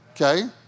okay